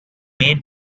made